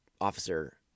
officer